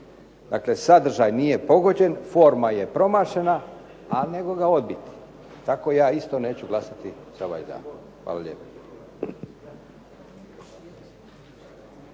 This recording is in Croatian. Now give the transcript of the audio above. Dakle, sadržaj nije pogođen, forma je promašena, al nego ga odbit. Tako ja isto neću glasati za ovaj zakon. Hvala lijepo.